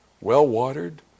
well-watered